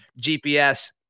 GPS